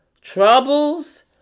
troubles